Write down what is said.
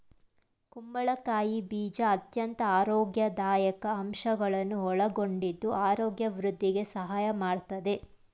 ಕುಂಬಳಕಾಯಿ ಬೀಜ ಅತ್ಯಂತ ಆರೋಗ್ಯದಾಯಕ ಅಂಶಗಳನ್ನು ಒಳಗೊಂಡಿದ್ದು ಆರೋಗ್ಯ ವೃದ್ಧಿಗೆ ಸಹಾಯ ಮಾಡತ್ತದೆ